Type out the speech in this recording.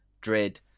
Dread